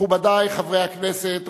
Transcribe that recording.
מכובדי חברי הכנסת,